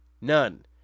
None